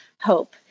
hope